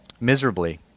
miserably